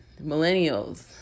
millennials